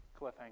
cliffhanger